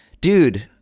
dude